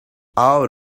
out